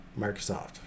Microsoft